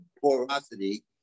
porosity